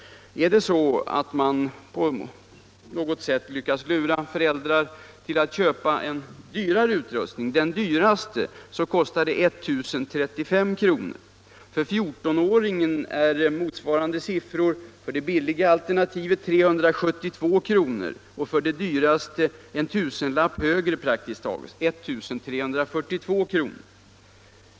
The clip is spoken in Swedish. Är det så att man på något sätt lyckas lura föräldrar att köpa den dyraste utrustningen, så kostar den 1035 kr. För fjortonåringen är motsvarande siffror 372 kr. för det billigaste alternativet och för det dyraste praktiskt taget en tusenlapp högre, 1342 kr.